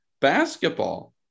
basketball